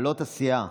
הסיעה,